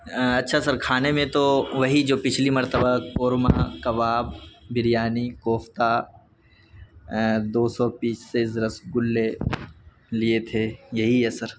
اچھا سر کھانے میں تو وہی جو پچھلی مرتبہ قورما کباب بریانی کوفتہ دو سو پیسز رس گلے لیے تھے یہی ہے سر